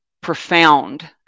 Profound